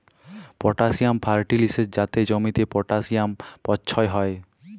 potassium ফার্টিলিসের যাতে জমিতে পটাসিয়াম পচ্ছয় হ্যয়